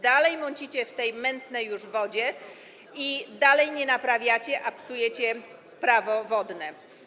Dalej mącicie w tej mętnej już wodzie, dalej nie naprawiacie, a psujecie Prawo wodne.